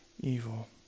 evil